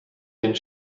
den